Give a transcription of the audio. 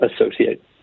associate